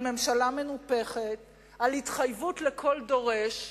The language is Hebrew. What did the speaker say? על ממשלה מנופחת, על התחייבות לכל דורש.